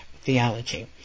theology